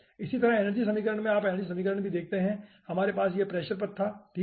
इसी तरह एनर्जी समीकरण में आप एनर्जी समीकरण भी देखते हैं हमारे पास यह प्रेशर पद था ठीक है